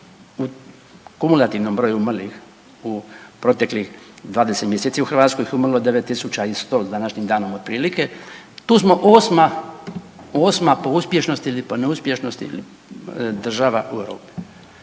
u kumulativnom broju umrlih u proteklih 20 mjeseci u Hrvatskoj ih je umrlo 9 tisuća i 100 s današnjim danom otprilike. Tu smo 8. po uspješnosti ili po neuspješnosti država u Europi.